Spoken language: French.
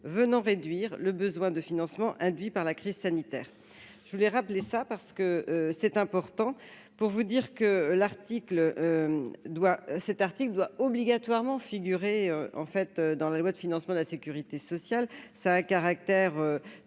venant réduire le besoin de financement induit par la crise sanitaire, je voulais rappeler ça parce que c'est important pour vous dire que l'article doit cet article doit obligatoirement figurer en fait dans la loi de financement de la Sécurité sociale,